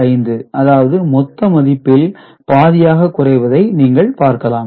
875 அதாவது மொத்த மதிப்பில் பாதியாக குறைவதை நீங்கள் பார்க்கலாம்